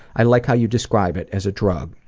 i like how you describe it as a drug.